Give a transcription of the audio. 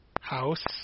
House